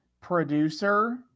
producer